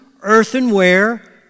earthenware